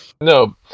No